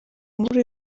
muri